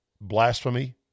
blasphemy